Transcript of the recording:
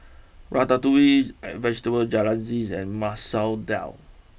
Ratatouille Vegetable Jalfrezi and Masoor Dal